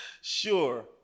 Sure